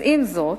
עם זאת,